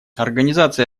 организация